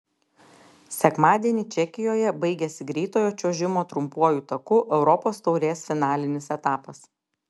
sekmadienį čekijoje baigėsi greitojo čiuožimo trumpuoju taku europos taurės finalinis etapas